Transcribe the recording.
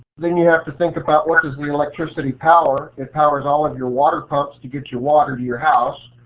then you have to think about what does the electricity power? it powers all of your water pumps to get your water to your house.